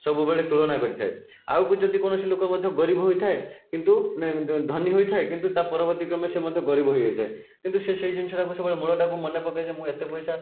ସବୁବେଳେ ତୁଳନା କରିଥାଏ ଆଉ କିଛି ଜଦି କୌଣସି ଲୋକ ମଧ୍ୟ ଗରିବ ହୋଇଥାଏ କିନ୍ତୁ ଧନୀ ହୋଇଥାଏ କିନ୍ତୁ ତା' ପରବର୍ତ୍ତୀ କ୍ରମେ ସେ ମଧ୍ୟ ଗରିବ ହୋଇଯାଇଥାଏ କିନ୍ତୁ ସେ ସେହି ଜିନିଷଟାକୁ ମୂଳଟାକୁ ମନେପକେଇକି ମୁଁ ଏତେ ପଇସା